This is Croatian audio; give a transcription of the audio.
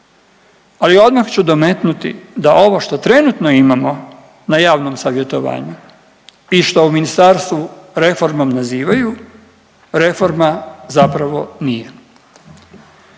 ali odmah ću dometnuti da ovo što trenutno imamo na javnom savjetovanju i što u ministarstvu reformom nazivaju reforma zapravo nije.